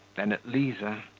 then at liza.